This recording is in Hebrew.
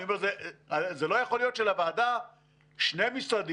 אני אומר שזה לא יכול להיות שלוועדה שני משרדים